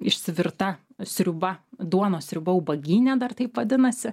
išsivirta sriuba duonos sriuba ūbagine dar taip vadinasi